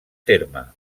terme